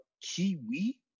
Kiwi